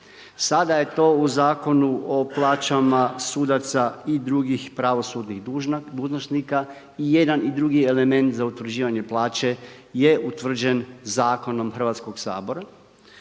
Sada je to u Zakonu o plaćama sudaca i drugih pravosudnih dužnosnika i jedan i drugi element za utvrđivanje plaće je utvrđen Zakonom Hrvatskoga sabora